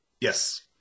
Yes